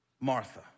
martha